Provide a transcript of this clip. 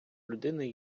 людини